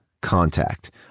Contact